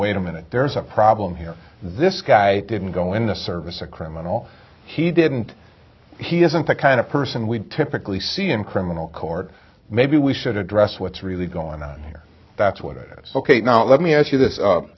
wait a minute there's a problem here this guy didn't go in the service a criminal he didn't he isn't the kind of person we typically see in criminal court maybe we should address what's really going on here that's what it ok now let me ask you this